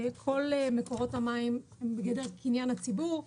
כל מקורות המים הם בגדר קניין הציבור.